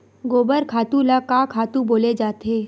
गोबर खातु ल का खातु बोले जाथे?